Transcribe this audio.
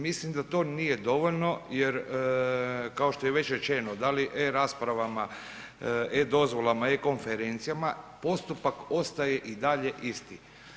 Mislim da to nije dovoljno jer kao što je već rečeno, da li e-raspravama, e-dozvolama, e-konferencijama postupak ostaje i dalje isti.